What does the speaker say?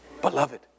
Beloved